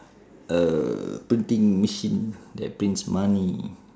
a printing machine that prints money